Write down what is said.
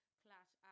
clash